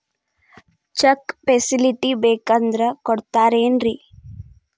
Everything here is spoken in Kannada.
ಚೆಕ್ ಫೆಸಿಲಿಟಿ ಬೇಕಂದ್ರ ಕೊಡ್ತಾರೇನ್ರಿ?